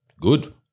Good